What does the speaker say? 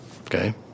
Okay